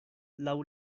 laŭ